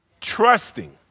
Trusting